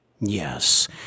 Yes